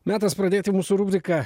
metas pradėti mūsų rubriką